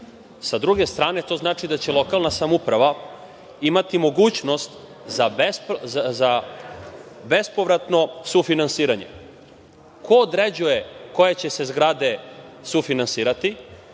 druge strane, to znači da će lokalna samouprava imati mogućnost za bespovratno sufinansiranje. Ko određuje koje će se zgrade sufinansirati?